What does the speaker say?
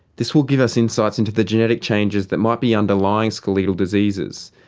this will give us insights into the genetic changes that might be underlying skeletal diseases,